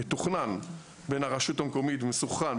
מתוכנן ומסונכרן,